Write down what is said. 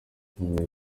nemeye